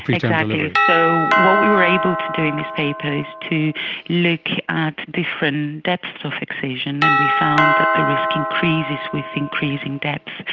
exactly. so what we were able to do in this paper is to look at different and depths of excision and we found that the risk increases with increasing depth.